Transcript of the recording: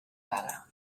vaga